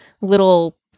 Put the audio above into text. little